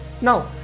Now